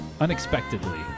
unexpectedly